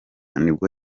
nibwo